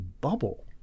bubble